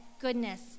goodness